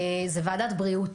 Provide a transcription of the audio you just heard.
זו ועדת בריאות,